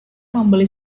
membeli